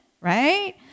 right